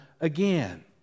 again